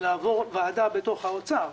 לעבור ועדה בתוך משרד האוצר.